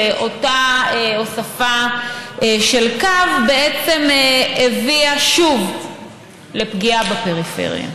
של אותה הוספה של קו בעצם הביאה שוב לפגיעה בפריפריה.